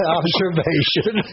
observation